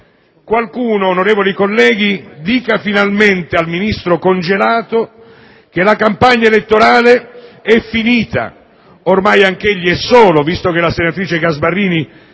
Qualcuno, onorevoli colleghi, dica finalmente al ministro «congelato» che la campagna elettorale è finita. Ormai anch'egli è solo, visto che l'onorevole Gasparrini